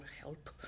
help